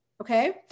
Okay